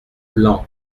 blanc